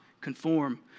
conform